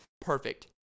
Perfect